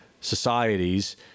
societies